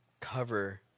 cover